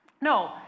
No